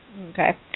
Okay